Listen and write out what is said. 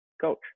Coach